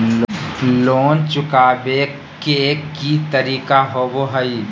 Loan चुकाबे के की तरीका होबो हइ?